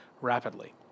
rapidly